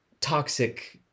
toxic